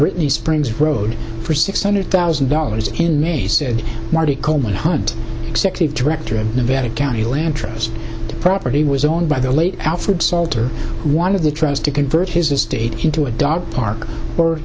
brittany springs road for six hundred thousand dollars in may said marty coleman hunt executive director of nevada county land trust the property was owned by the late alfred salter one of the tries to convert his estate into a dog park or